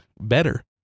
better